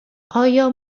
آیا